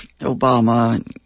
Obama